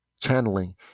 channeling